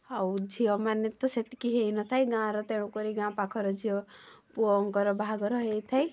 ଆଉ ଝିଅମାନେ ତ ସେତିକି ହେଇନଥାଏ ଗାଁର ତେଣୁକରି ଗାଁ ପାଖର ଝିଅ ପୁଅଙ୍କର ବାହାଘର ହେଇଥାଏ